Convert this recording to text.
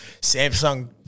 Samsung